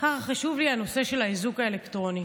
ככה חשוב לי הנושא של האיזוק האלקטרוני.